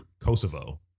kosovo